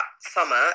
summer